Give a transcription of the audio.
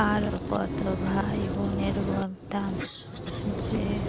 আরও কত ভাইবোনের বলতাম যে